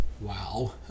wow